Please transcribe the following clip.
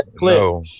no